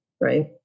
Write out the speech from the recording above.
Right